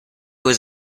was